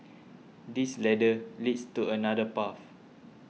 this ladder leads to another path